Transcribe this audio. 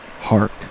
hark